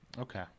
Okay